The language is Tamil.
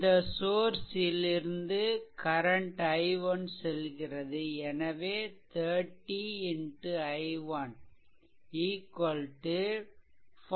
இந்த சோர்ஸ் ல் இருந்து கரன்ட் i1 செல்கிறதுஎனவே 30 I1 30 45